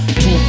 Two